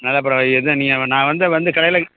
அதை அப்புறம் எது நீங்கள் நான் வந்து வந்து கடையில்